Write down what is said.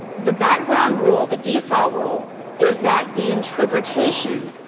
the background rule, the default rule is that the interpretation